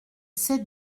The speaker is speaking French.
ces